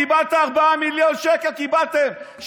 קיבלת 4 מיליון שקל, קיבלתם.